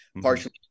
partially